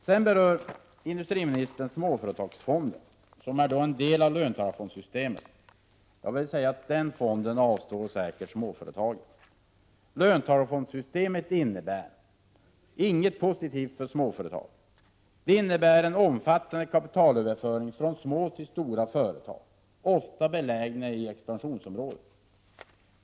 Sedan berör industriministern småföretagsfonden, som är en del av löntagarfondssystemet. Den fonden avstår säkert småföretagen från. Löntagarfondssystemet innebär inget positivt för småföretagen. Det innebär en omfattande kapitalöverföring från små till stora företag, ofta belägna i expansionsområden.